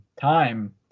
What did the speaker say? time